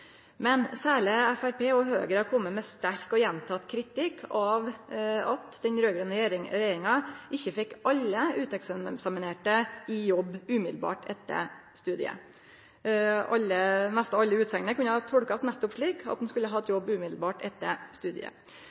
Men særleg Framstegspartiet og Høgre har kome med sterk og gjenteken kritikk av at den raud-grøne regjeringa ikkje fekk alle uteksaminerte i jobb umiddelbart etter studiet. Mest alle utsegner kunne tolkast nettopp slik, at ein skulle hatt jobb umiddelbart etter studiet.